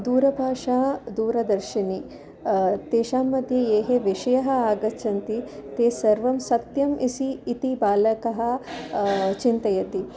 दूरभाषा दूरदर्शिनी तेषाम्मध्ये ये विषयाः आगच्छन्ति ते सर्वं सत्यम् इसि इति बालकः चिन्तयति